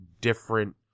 different